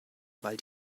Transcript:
weil